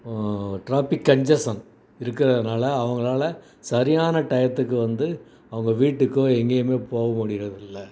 traffic congestion இருக்கறதுனால அவங்களால் சரியான டயத்துக்கு வந்து அவங்க வீட்டுக்கோ எங்கேயுமே போக முடிகிறதில்ல